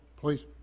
please